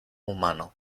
humano